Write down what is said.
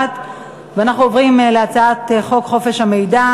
ההצעה להעביר את הצעת חוק חופש המידע